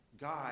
God